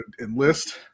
enlist